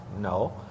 No